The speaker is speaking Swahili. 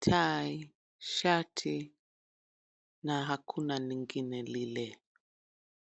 tai, shati na hakuna lingine lile.